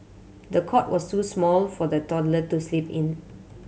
the cot was too small for the toddler to sleep in